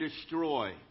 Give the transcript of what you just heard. destroy